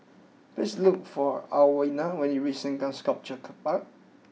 please look for Alwina when you reach Sengkang Sculpture Park